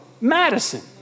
Madison